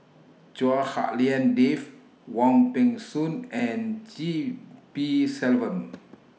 Chua Hak Lien Dave Wong Peng Soon and G P Selvam